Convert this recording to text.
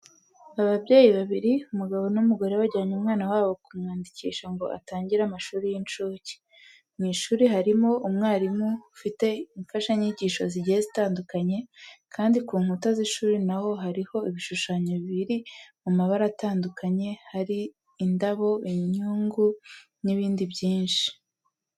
Ababyeyi babiri, umugabo n'umugore bajyanye umwana wabo kumwandikisha ngo atangire amashuri y'incuke. Mu ishuri harimo umwarimu ufite imfashanyagisho zigiye zitandukanye, kandi ku nkuta z'ishuri naho hariho ibishushanyo biri mu mabara atandukanye, hari indabo, imyungu n'ibindi byinshi.